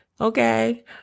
Okay